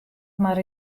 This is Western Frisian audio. mar